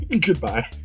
Goodbye